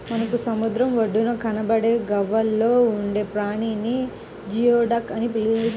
మనకు సముద్రం ఒడ్డున కనబడే గవ్వల్లో ఉండే ప్రాణిని జియోడక్ అని పిలుస్తారట